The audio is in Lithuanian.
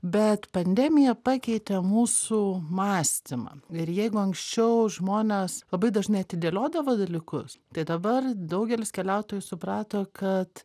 bet pandemija pakeitė mūsų mąstymą ir jeigu anksčiau žmonės labai dažnai atidėliodavo dalykus tai dabar daugelis keliautojų suprato kad